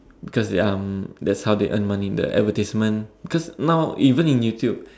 cause ya um that's how they earn money the advertisement cause now even in YouTube